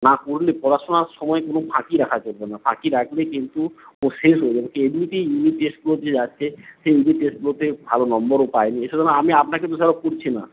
না করলে পড়াশুনার সময় কোনো ফাঁকি রাখা চলবে না ফাঁকি রাখলে কিন্তু ও শেষ হয়ে যাবে ওকে এমনিতেই ইউনিট টেস্টগুলো যে যাচ্ছে সেই ইউনিট টেস্টগুলোতে ভালো নম্বর ও পায়নি সে জন্য আমি আপনাকে দোষারোপ করছি না